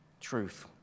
truth